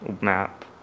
map